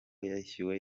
yishwe